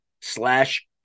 slash